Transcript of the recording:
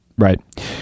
Right